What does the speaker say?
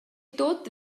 tut